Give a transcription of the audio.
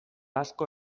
asko